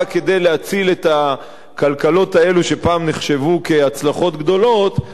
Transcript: כדי להציל את הכלכלות האלה שפעם נחשבו כהצלחות גדולות,